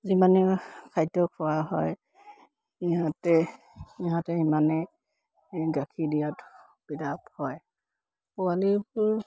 যিমানে খাদ্য খোৱা হয় ইহঁতে সিহঁতে ইমানেই গাখীৰ দিয়াত সুবিধা হয় পোৱালিবোৰ